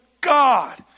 God